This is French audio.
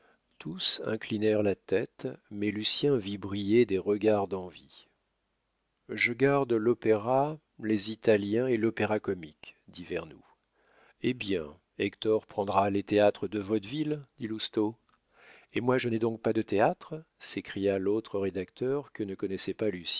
tous inclinèrent la tête mais lucien vit briller des regards d'envie je garde l'opéra les italiens et l'opéra-comique dit vernou eh bien hector prendra les théâtres de vaudeville dit lousteau et moi je n'ai donc pas de théâtres s'écria l'autre rédacteur que ne connaissait pas